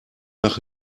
nach